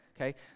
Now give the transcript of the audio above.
Okay